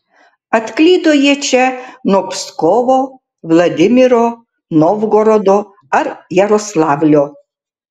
atklydo jie čia nuo pskovo vladimiro novgorodo ar jaroslavlio